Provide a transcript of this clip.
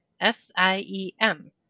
S-I-E-M